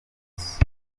records